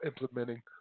implementing